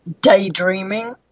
daydreaming